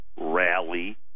rally